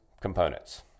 components